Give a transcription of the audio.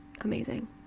Amazing